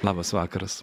labas vakaras